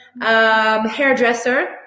hairdresser